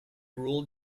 ruled